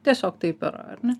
tiesiog taip yra ar ne